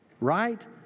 right